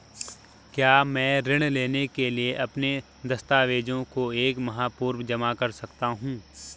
क्या मैं ऋण लेने के लिए अपने दस्तावेज़ों को एक माह पूर्व जमा कर सकता हूँ?